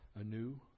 anew